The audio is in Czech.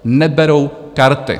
Neberou karty.